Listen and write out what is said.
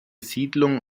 siedlung